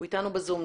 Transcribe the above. הוא איתנו בזום.